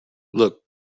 look